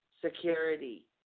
security